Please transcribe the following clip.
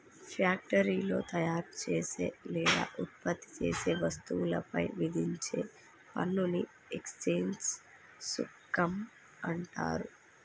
ఫ్యాక్టరీలో తయారుచేసే లేదా ఉత్పత్తి చేసే వస్తువులపై విధించే పన్నుని ఎక్సైజ్ సుంకం అంటరు